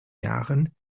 jahren